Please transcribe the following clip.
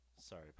sorry